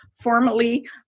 formerly